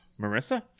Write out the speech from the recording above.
Marissa